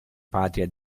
patria